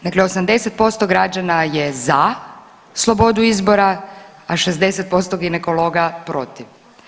Dakle, 80% građana je za slobodu izbora, a 60% ginekologa protiv.